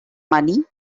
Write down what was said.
money